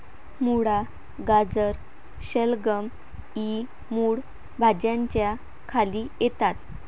मुळा, गाजर, शलगम इ मूळ भाज्यांच्या खाली येतात